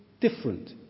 different